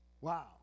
Wow